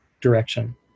direction